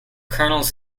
kernels